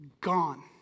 gone